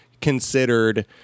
considered